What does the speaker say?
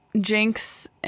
Jinx